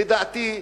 לדעתי,